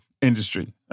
industry